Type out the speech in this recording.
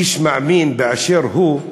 איש מאמין באשר הוא,